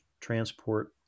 transport